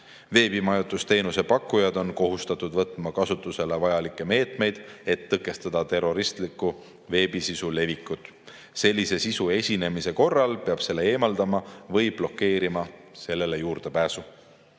Veebimajutusteenuse pakkujad on kohustatud võtma kasutusele vajalikke meetmeid, et tõkestada terroristliku veebisisu levikut. Sellise sisu esinemise korral peab selle eemaldama või blokeerima sellele juurdepääsu. Terroristlik